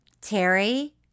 terry